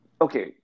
Okay